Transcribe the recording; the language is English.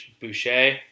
Boucher